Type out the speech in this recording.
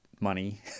money